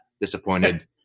disappointed